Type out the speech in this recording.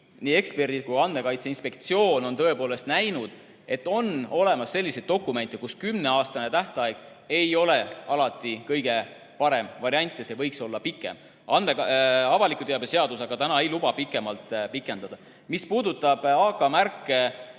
Nii eksperdid kui Andmekaitse Inspektsioon on näinud, et on olemas selliseid dokumente, kus kümneaastane tähtaeg ei ole alati kõige parem variant ja see aeg võiks olla pikem. Avaliku teabe seadus aga täna ei luba seda tähtaega rohkem pikendada. Mis puudutab AK-märke